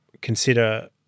consider